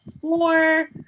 four